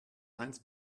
eins